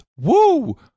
woo